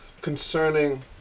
concerning